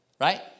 right